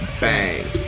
Bang